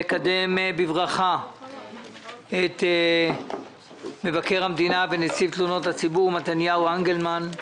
אני מקדם בברכה את מבקר המדינה ונציב תלונות הציבור מתניהו אנגלמן.